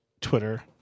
Twitter